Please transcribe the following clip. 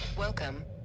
Welcome